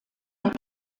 der